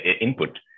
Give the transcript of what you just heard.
input